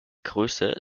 größe